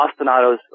ostinatos